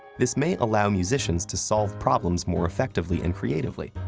this may allow musicians to solve problems more effectively and creatively,